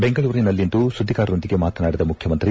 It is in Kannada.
ಬೆಂಗಳೂರಿನಲ್ಲಿಂದು ಸುದ್ವಿಗಾರರೊಂದಿಗೆ ಮಾತನಾಡಿದ ಮುಖ್ಯಮಂತ್ರಿ